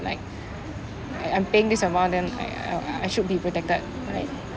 like like I'm paying this amount then I I I should be protected right